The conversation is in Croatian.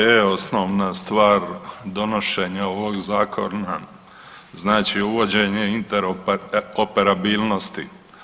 Pa to je osnovna stvar donošenja ovog zakona, znači uvođenje interoperabilnosti.